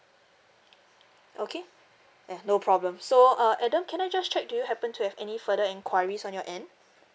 okay ya no problem so uh adam can I just check do you happen to have any further enquiries on your end